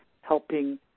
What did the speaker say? helping